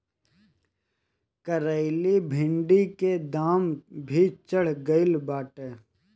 करइली भिन्डी के दाम भी चढ़ गईल बाटे